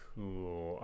Cool